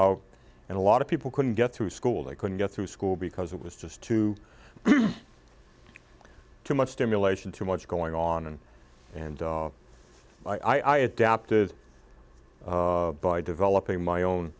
out and a lot of people couldn't get through school they couldn't get through school because it was just too too much stimulation too much going on and i adapted by developing my own